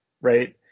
right